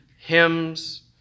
hymns